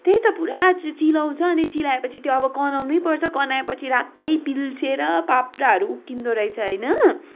त्यही त पुरा चिलाउँछ अनि चिलाएपछि त्यो अब कनाउनैपर्छ कनायोपछि रात्तै पिल्सेर पाप्राहरू उकिँदो रहेछ होइन